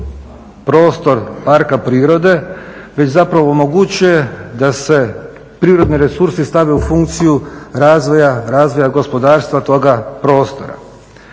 prostor parka prirode već zapravo omogućuje da se prirodni resursi stave u funkciju razvoja gospodarstva toga prostora.